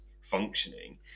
functioning